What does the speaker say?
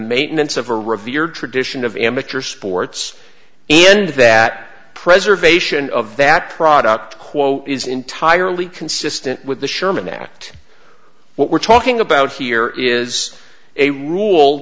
maintenance of a revered tradition of amateur sports and that preservation of that product quote is entirely consistent with the sherman act what we're talking about here is a rule